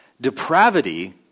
Depravity